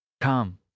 Come